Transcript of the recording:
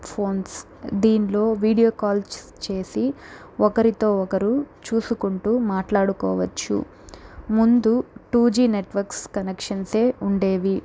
phones దీనిలో video calls చేసి ఒకరితో ఒకరు చూసుకుంటూ మాట్లాడుకోవచ్చు ముందు టూ జీ నెట్వర్క్స్ కనెక్షన్సే ఉండేవి